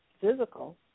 physical